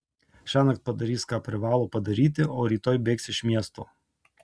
šiąnakt padarys ką privalo padaryti o rytoj bėgs iš miesto